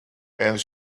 and